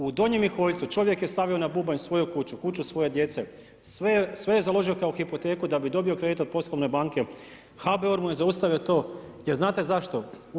U Donjem Miholjcu, čovjek je stavio na bubanj svoju kuću, kuću svoje djece, sve je založio kao hipoteku, da bi dobio kredit do poslovne banke, HBOR mu je zaustavio to, jer znate zašto?